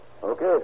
Okay